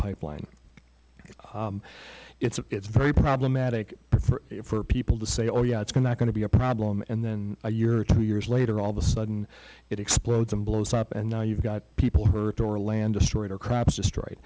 pipeline it's very problematic for people to say oh yeah it's going to going to be a problem and then a year or two years later all of a sudden it explodes and blows up and now you've got people hurt or land destroyed or crops destroyed